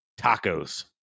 tacos